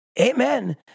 Amen